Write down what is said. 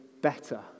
better